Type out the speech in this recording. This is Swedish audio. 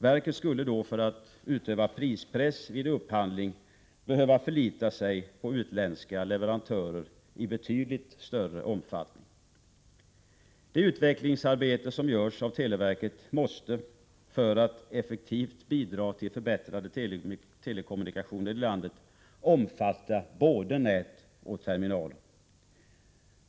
Verket skulle då för att utöva prispress vid upphandling behöva förlita sig på utländska leverantörer i betydligt större omfattning. Det utvecklingsarbete som görs av televerket måste, för att effektivt bidra till förbättrade telekommunikationer i landet, omfatta både nät och terminaler.